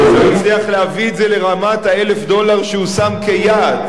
לא הצליח להביא את זה לרמת ה-1,000 דולר שהוא שם כיעד,